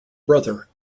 brother